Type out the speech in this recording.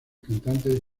cantante